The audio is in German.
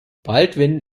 baldwin